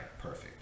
perfect